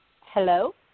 Hello